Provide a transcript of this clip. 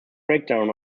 breakdown